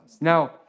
Now